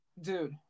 dude